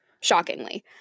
Shockingly